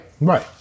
Right